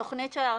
התוכנית של ההרחבה.